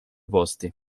posti